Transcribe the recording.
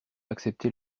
accepté